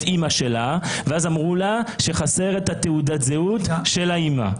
אימא שלה ואז אמרו לה שחסרה תעודת הזהות של האימא.